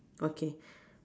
okay